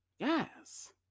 Yes